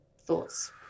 thoughts